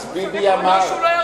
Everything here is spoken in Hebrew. אז ביבי אמר.